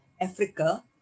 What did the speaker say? Africa